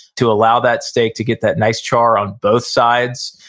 to allow that steak to get that nice char on both sides,